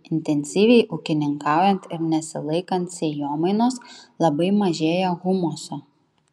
intensyviai ūkininkaujant ir nesilaikant sėjomainos labai mažėja humuso